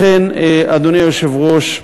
לכן, אדוני היושב-ראש,